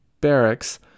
barracks